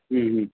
ہوں ہوں